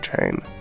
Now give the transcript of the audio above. chain